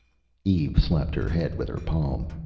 eve slapped her head with her palm.